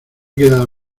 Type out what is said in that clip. quedado